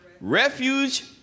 refuge